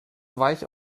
weich